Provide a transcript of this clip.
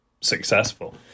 successful